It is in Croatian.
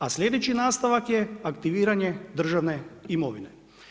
A sljedeći nastavak je aktiviranje državne imovine.